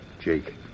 Jake